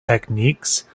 techniques